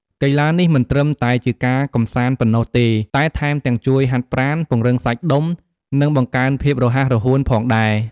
កីឡានេះមិនត្រឹមតែជាការកម្សាន្តប៉ុណ្ណោះទេ តែថែមទាំងជួយហាត់ប្រាណ ពង្រឹងសាច់ដុំ និងបង្កើនភាពរហ័សរហួនផងដែរ។